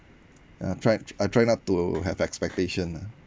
I try I try not to have expectation ah